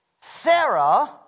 Sarah